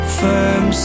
firm